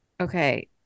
okay